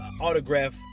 autograph